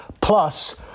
Plus